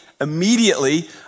immediately